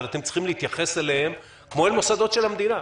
אתם צריכים להתייחס אליהם כמו אל מוסדות של המדינה.